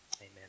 amen